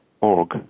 org